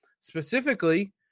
specifically